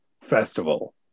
festival